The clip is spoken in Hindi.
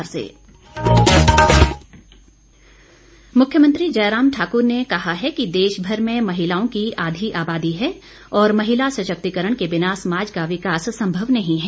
मुख्यमंत्री मुख्यमंत्री जयराम ठाकुर ने कहा है कि देशमर में महिलाओं की आधी आबादी है और महिला सशक्तिकरण के बिना समाज का विकास सम्मव नहीं है